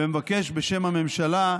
ומבקש, בשם הממשלה,